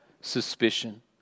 suspicion